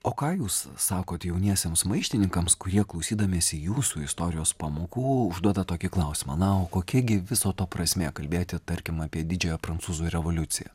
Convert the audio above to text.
o ką jūs sakot jauniesiems maištininkams kurie klausydamiesi jūsų istorijos pamokų užduoda tokį klausimą na o kokia gi viso to prasmė kalbėti tarkim apie didžiąją prancūzų revoliuciją